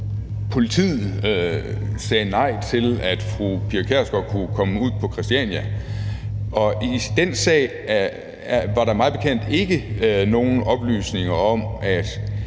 politiet sagde nej til, at fru Pia Kjærsgaard kunne komme ud på Christiania. I den sag var der mig bekendt ikke nogen oplysninger om, at